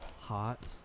hot